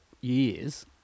years